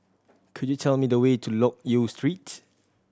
could you tell me the way to Loke Yew Street